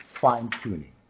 fine-tuning